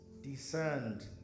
discerned